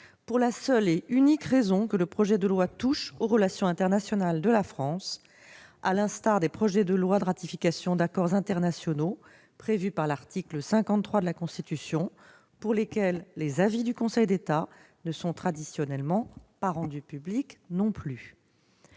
pour la seule et unique raison que le projet de loi touche aux relations internationales de la France, à l'instar des projets de loi de ratification d'accords internationaux prévus par l'article 53 de la Constitution, pour lesquels les avis du Conseil d'État ne sont traditionnellement pas rendus publics non plus.